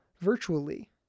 virtually